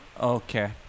okay